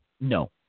No